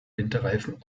winterreifen